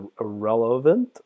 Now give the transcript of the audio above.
irrelevant